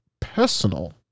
personal